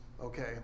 Okay